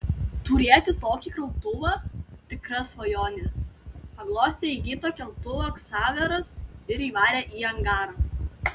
turėti tokį krautuvą tikra svajonė paglostė įgytą keltuvą ksaveras ir įvarė į angarą